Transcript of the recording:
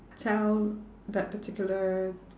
tell that particular